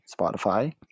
Spotify